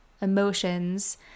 emotions